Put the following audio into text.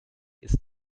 ist